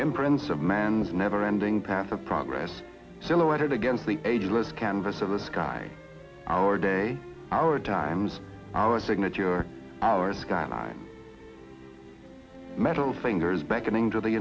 imprints of man's neverending path of progress silhouetted against the ageless canvas of the sky our day our times our signature our skyline metal fingers beckoning to the